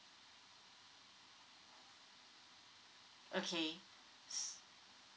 okay